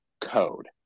code